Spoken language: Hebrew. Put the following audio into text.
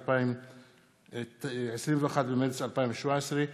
21 במרס 2017,